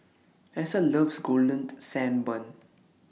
Allyssa loves Golden Sand Bun